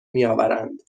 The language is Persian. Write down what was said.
میآورند